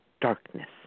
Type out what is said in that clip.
darkness